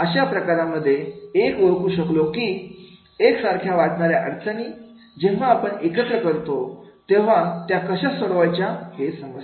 म्हणून अशा प्रकारांमध्ये एक ओळखू शकलो की एक सारख्या वाटणाऱ्या अडचणी जेव्हा आपण एकत्र करतो तेव्हा त्या कशा सोडवायच्या हे समजतं